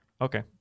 Okay